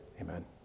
Amen